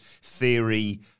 theory